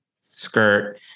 skirt